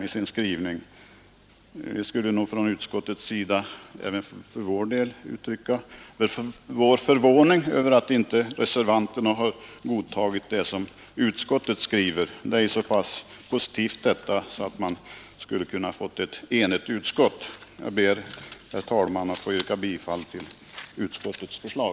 Från utskottsmajoritetens sida vill vi nog uttrycka vår förvåning över att reservanterna inte har godtagit vad utskottet skrivit — det är ju så positivt att man borde ha fått ett enigt utskott. Jag ber, herr talman, att få yrka bifall till utskottets hemställan.